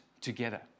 together